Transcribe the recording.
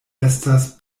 estas